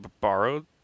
borrowed